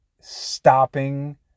stopping